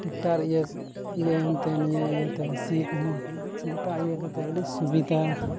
tractor ᱤᱭᱟᱹ ᱤᱭᱟᱹᱭᱮᱱᱛᱮ ᱥᱤ ᱠᱚ ᱦᱚᱸ ᱜᱚᱴᱟ ᱤᱭᱟᱹ ᱠᱟᱛᱮᱫ ᱟᱹᱰᱤ ᱥᱩᱵᱤᱫᱟ